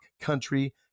country